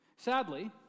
Sadly